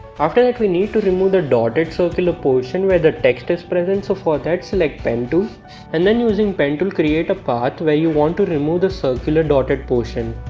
after that we need to remove the dotted circle a portion where the text is present so for that select pen tool and then using pen tool create a path where you want to remove the circular dotted portion